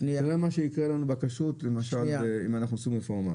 למה שיקרו לנו בקשות אם אנחנו עושים רפורמה?